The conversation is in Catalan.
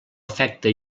afecta